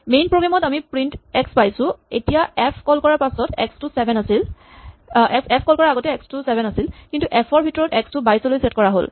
main programme ত আমি print x পাইছো এতিয়া এফ কল কৰাৰ আগতে এক্স টো চেভেন আছিল কিন্তু এফ ৰ ভিতৰত এক্স টো ২২ লৈ ছেট কৰা হ'ল